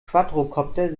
quadrokopter